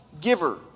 giver